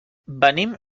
venim